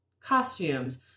costumes